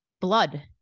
blood